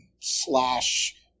slash